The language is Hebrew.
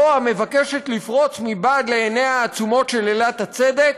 זו המבקשת לפרוץ מבעד לעיניה העצומות של אלת הצדק,